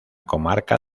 comarca